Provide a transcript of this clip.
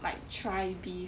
like try be